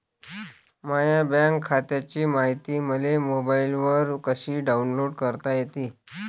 माह्या बँक खात्याची मायती मले मोबाईलवर कसी डाऊनलोड करता येते?